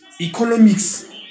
Economics